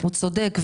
הוא צודק.